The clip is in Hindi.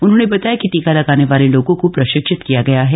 उन्होंने बताया कि टीका लगाने वाले लोगों को प्रशिक्षित किया गया है